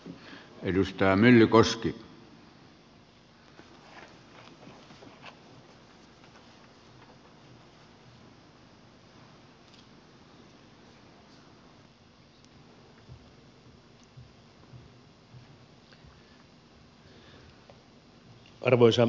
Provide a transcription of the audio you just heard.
arvoisa herra puhemies